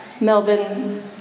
Melbourne